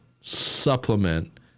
supplement